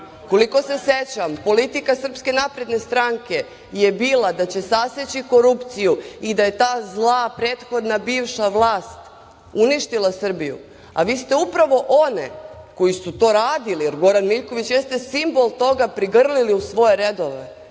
redove. Koliko se sećam, politika SNS je bila da će saseći korupciju i da je zla prethodna bivša vlast uništila Srbiju, a vi ste upravo one koji su to radili, jer Goran Miljković jeste simbol toga, prigrlili u svoje redove. Da